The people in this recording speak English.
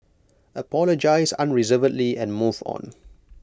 apologise unreservedly and move on